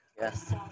Yes